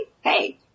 Hey